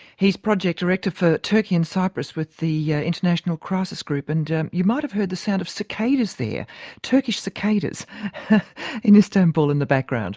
he's project director for turkey and cyprus with the yeah international crisis group and you might have heard the sound of cicadas there turkish cicadas in istanbul in the background